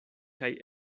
kaj